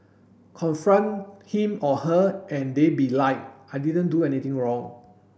confront him or her and they be like I didn't do anything wrong